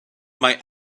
mae